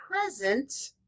present